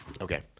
Okay